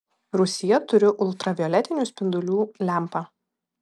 rūsyje turiu ultravioletinių spindulių lempą